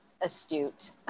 astute